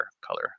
color